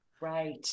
right